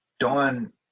Dawn